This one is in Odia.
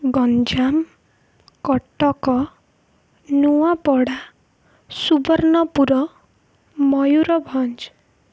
ଗଞ୍ଜାମ କଟକ ନୂଆପଡ଼ା ସୁବର୍ଣ୍ଣପୁର ମୟୂରଭଞ୍ଜ